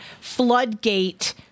floodgate